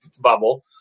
bubble